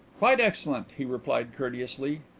quite excellent, he replied courteously.